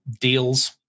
deals